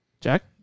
Jack